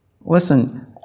Listen